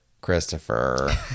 Christopher